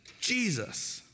Jesus